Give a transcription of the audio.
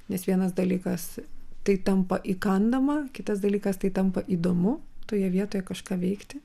nes vienas dalykas tai tampa įkandama kitas dalykas tai tampa įdomu toje vietoje kažką veikti